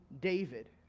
David